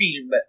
film